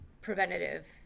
preventative